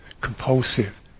compulsive